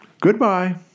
Goodbye